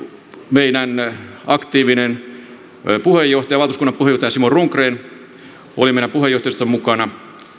meidän aktiivinen puheenjohtaja valtuuskunnan puheenjohtaja simo rundgren oli meidän puheenjohtajiston mukana